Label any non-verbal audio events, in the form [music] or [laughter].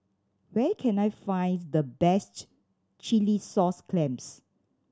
where can I find the best [unintelligible] chilli sauce clams